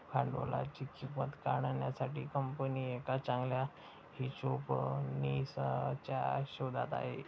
भांडवलाची किंमत काढण्यासाठी कंपनी एका चांगल्या हिशोबनीसच्या शोधात आहे